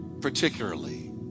particularly